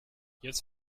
jetzt